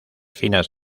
finas